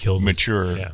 mature